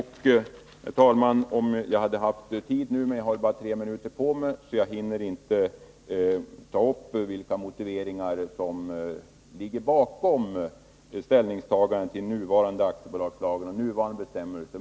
Herr talman! Jag har bara tre minuter på mig, så jag hinner inte gå in på de motiveringar som ligger bakom ställningstagandena till den nuvarande aktiebolagslagen och nuvarande bestämmelser.